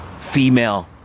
female